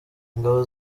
ingabo